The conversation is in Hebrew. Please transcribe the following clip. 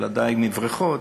דיג בבריכות,